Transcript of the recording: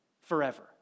forever